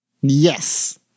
Yes